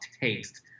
taste